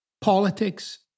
Politics